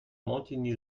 montigny